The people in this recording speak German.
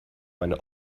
meine